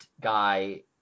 guy